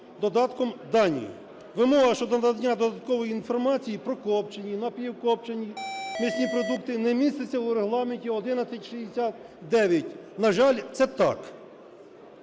додатком, дані. Вимога щодо надання додаткової інформації про копчені, напівкопчені м'ясні продукти не міститься у Регламенті 1169. На жаль, це так.